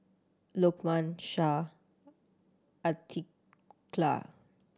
Lokman Shah Aqilah